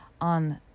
on